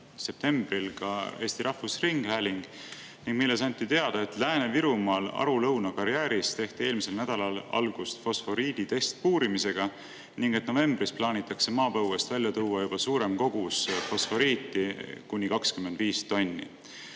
septembril Eesti Rahvusringhääling ning milles anti teada, et Lääne-Virumaal Aru-Lõuna karjääris tehti eelmisel nädalal algust fosforiidi testpuurimisega ning et novembris plaanitakse maapõuest välja tuua juba suurem kogus fosforiiti, kuni 25 tonni.